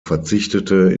verzichtete